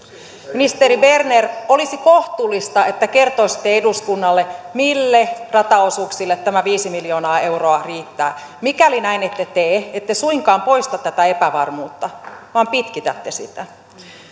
ministeri berner olisi kohtuullista että kertoisitte eduskunnalle mille rataosuuksille tämä viisi miljoonaa euroa riittää mikäli näin ette tee ette suinkaan poista tätä epävarmuutta vaan pitkitätte sitä